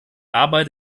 arbeit